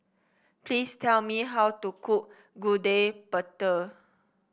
please tell me how to cook Gudeg Putih